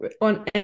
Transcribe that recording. on